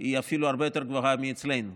היא אפילו הרבה יותר גבוהה מאשר אצלנו,